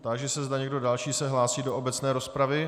Táži se, zda někdo další se hlásí do obecné rozpravy.